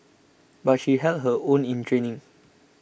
but she held her own in training